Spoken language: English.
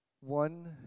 One